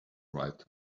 right